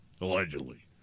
Allegedly